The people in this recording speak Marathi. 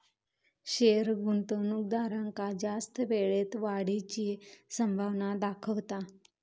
शेयर गुंतवणूकदारांका जास्त वेळेत वाढीची संभावना दाखवता